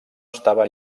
estava